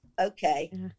okay